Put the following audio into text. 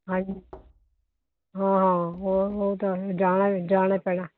ਹਾਂਜੀ ਹਾਂ ਹਾਂ ਹੋਰ ਉਹ ਤਾਂ ਜਾਣਾ ਜਾਣਾ ਹੀ ਪੈਣਾ